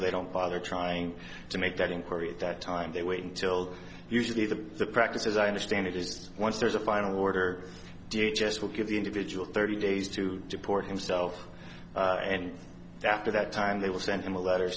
they don't bother trying to make that inquiry at that time they wait until usually the practice as i understand it is once there's a final order just will give the individual thirty days to deport himself and after that time they will send him a letter